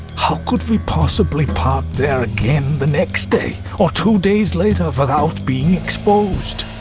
how could we possibly park there again the next day or two days later without being exposed?